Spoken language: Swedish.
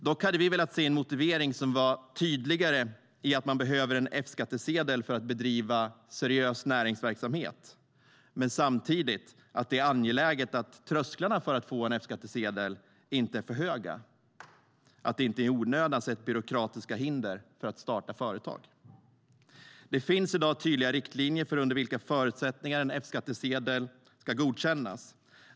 Dock hade vi velat se en motivering som var tydligare med att man behöver en F-skattsedel för att bedriva seriös näringsverksamhet men att det samtidigt är angeläget att trösklarna för att få en F-skattsedel inte är för höga, att det inte i onödan sätts upp byråkratiska hinder för att starta företag. Det finns i dag tydliga riktlinjer för under vilka förutsättningar en F-skattsedel ska godkännas.